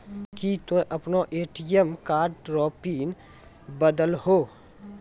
की तोय आपनो ATM card रो पिन बदलहो